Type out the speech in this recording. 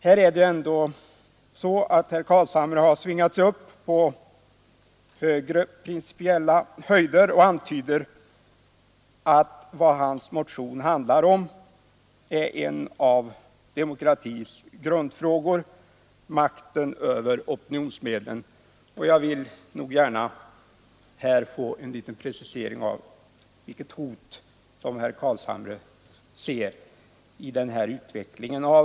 Herr Carlshamre har här svingat sig upp på högre principiella höjder och antyder att vad hans motion handlar om är en av demokratins grundfrågor: makten över opinionsmedlen. Jag vill här gärna ha en precisering av vilket hot herr Carlshamre ser i den här utvecklingen.